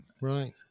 right